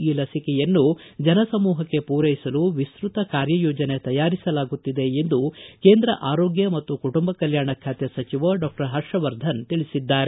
ಈ ಲಸಿಕೆಯನ್ನು ಜನಸಮೂಹಕ್ಕೆ ಪೂರೈಸಲು ವಿಸ್ನತ ಕಾರ್ಯಯೋಜನೆ ತಯಾರಿಸಲಾಗುತ್ತಿದೆ ಎಂದು ಕೇಂದ್ರ ಆರೋಗ್ಯ ಮತ್ತು ಕುಟುಂಬ ಕಲ್ಕಾಣ ಖಾತೆ ಸಚಿವ ಡಾಕ್ಸರ್ ಹರ್ಷವರ್ಧನ್ ತಿಳಿಸಿದ್ದಾರೆ